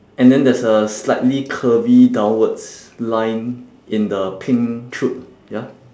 and then there's a slightly curvy downwards line in the pink chute ya